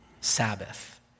Sabbath